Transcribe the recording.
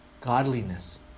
Godliness